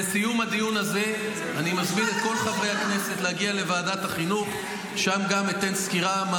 חברת הכנסת טלי גוטליב.